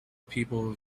people